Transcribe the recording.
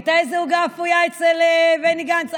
הייתה איזו עוגה אפויה אצל בני גנץ?